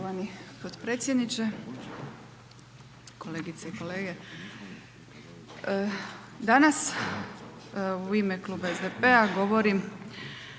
Hvala vam